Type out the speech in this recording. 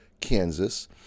Kansas